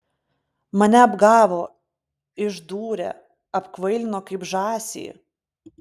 mane apgavo išdūrė apkvailino kaip žąsį